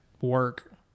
work